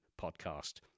Podcast